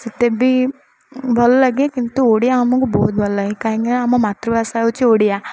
ସେତେ ବି ଭଲ ଲାଗେ କିନ୍ତୁ ଓଡ଼ିଆ ଆମକୁ ବହୁତ ଭଲ ଲାଗେ କାହିଁକିନା ଆମ ମାତୃଭାଷା ହେଉଛି ଓଡ଼ିଆ